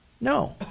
No